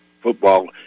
football